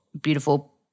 beautiful